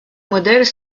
modèles